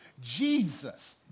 Jesus